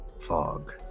fog